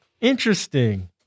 Interesting